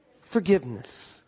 forgiveness